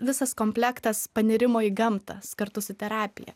visas komplektas panirimo į gamtą kartu su terapija